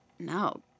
No